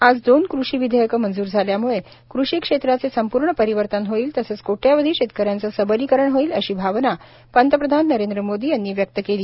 आज दोन कृषी विधेयकं मंजूर झाल्यामुळे कृषी क्षेत्राचे संपूर्ण परिवर्तन होईल तसेच कोट्यावधी शेतकऱ्यांचे सबलीकरण होईल अशी भावना पंतप्रधान नरेंद्र मोदी यांनी व्यक्त केली